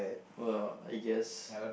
well I guess